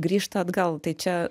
grįžta atgal tai čia